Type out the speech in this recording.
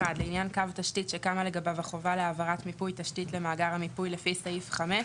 לעניין קו תשתית שקמה לגביו החובה להעברת מיפוי תשתית לפי סעיף 5,